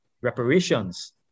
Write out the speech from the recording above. Reparations